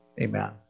Amen